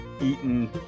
eaten